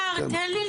איתמר, תן לי לשמוע.